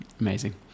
Amazing